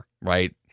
right